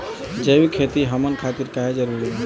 जैविक खेती हमन खातिर काहे जरूरी बा?